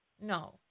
No